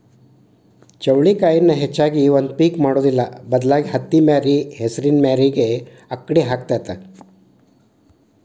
ಚೌಳಿಕಾಯಿನ ಹೆಚ್ಚಾಗಿ ಒಂದ ಪಿಕ್ ಮಾಡುದಿಲ್ಲಾ ಬದಲಾಗಿ ಹತ್ತಿಮ್ಯಾರಿ ಹೆಸರಿನ ಮ್ಯಾರಿಗೆ ಅಕ್ಡಿ ಹಾಕತಾತ